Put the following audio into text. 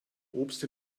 obst